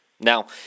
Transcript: Now